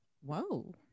Whoa